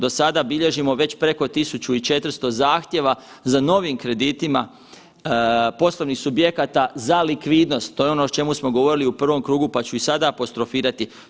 Do sada bilježimo već preko 1.400 zahtjeva za novim kreditima poslovnih subjekata za likvidnost, to je o čemu smo govorili u prvom krugu pa ću i sada apostrofirati.